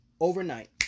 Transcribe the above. Overnight